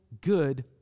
good